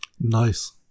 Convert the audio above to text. Nice